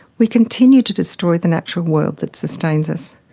we continue to destroy the natural world that sustains us,